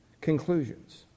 conclusions